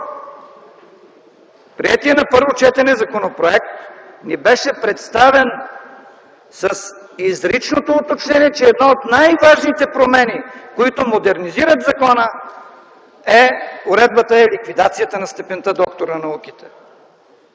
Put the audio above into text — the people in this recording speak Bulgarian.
приетият на първо четене законопроект ни беше представен с изричното уточнение, че една от най-важните промени, които модернизират закона, е уредбата и ликвидацията на степента „доктор на науките”.